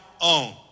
own